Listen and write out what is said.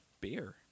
Beer